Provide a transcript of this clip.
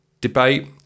debate